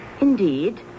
Indeed